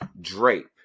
drape